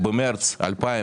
במרץ 2023,